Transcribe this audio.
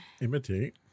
Imitate